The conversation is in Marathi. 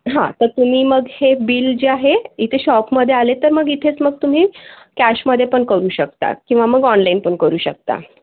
हां तर तुम्ही मग हे बिल जे आहे इथे शॉपमध्ये आले तर मग इथेच मग तुम्ही कॅशमध्ये पण करू शकता किंवा मग ऑनलाईन पण करू शकता